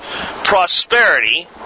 prosperity